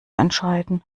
entscheiden